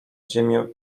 ziemią